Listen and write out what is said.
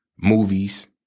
movies